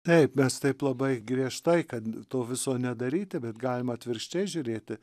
taip mes taip labai griežtai kad to viso nedaryti bet galima atvirkščiai žiūrėti